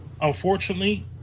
unfortunately